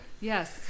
Yes